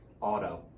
Auto